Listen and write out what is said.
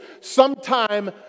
sometime